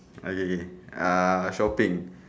okay okay okay ah shopping